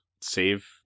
save